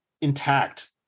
intact